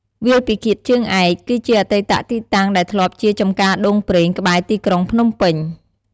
វាលពិឃាតជើងឯក គឺជាអតីតទីតាំងដែលធ្លាប់ជាចំការចម្ការដូងប្រេងក្បែរទីក្រុងភ្នំពេញ។